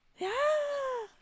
yeah